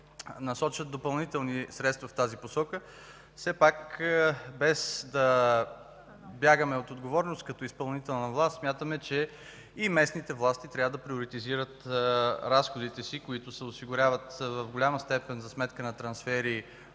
насочат допълнителни средства в тази посока. Все пак, без да бягаме от отговорност като изпълнителна власт, смятаме, че и местните власти трябва да приоритизират разходите си, които се осигуряват в голяма степен за сметка на трансфери